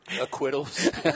Acquittals